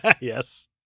Yes